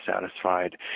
satisfied